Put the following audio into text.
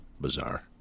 bizarre